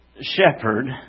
shepherd